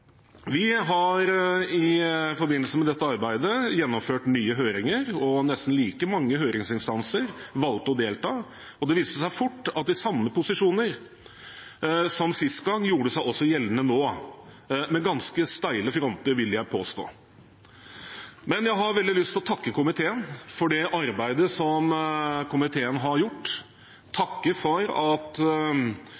Vi har i forbindelse med dette arbeidet gjennomført nye høringer, og nesten like mange høringsinstanser valgte å delta nå. Det viste seg fort at de samme posisjoner som sist gang, gjorde seg gjeldende også nå – med ganske steile fronter, vil jeg påstå. Jeg har veldig lyst til å takke komiteen for det arbeidet som komiteen har gjort,